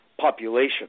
population